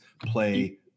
play